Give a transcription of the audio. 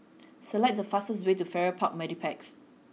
select the fastest way to Farrer Park Mediplex